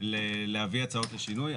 להביא הצעות לשינוי.